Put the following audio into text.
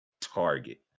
Target